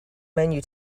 menu